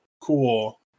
cool